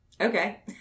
Okay